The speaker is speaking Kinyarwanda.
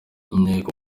inteko